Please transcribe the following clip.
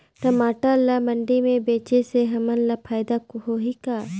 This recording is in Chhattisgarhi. टमाटर ला मंडी मे बेचे से हमन ला फायदा होही का?